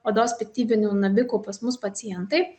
odos piktybinių navikų pas mus pacientai